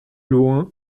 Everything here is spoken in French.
loin